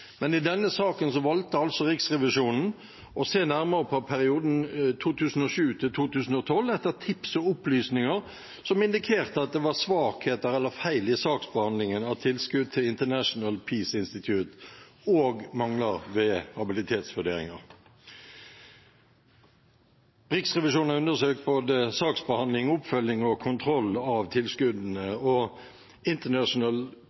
men i denne saken valgte altså Riksrevisjonen å se nærmere på perioden 2007–2012, etter tips og opplysninger som indikerte at det var svakheter ved eller feil i saksbehandlingen av tilskudd til International Peace Institute, og mangler ved habilitetsvurderinger. Riksrevisjonen har undersøkt både saksbehandling, oppfølging og kontroll av tilskuddene. International